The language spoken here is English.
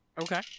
Okay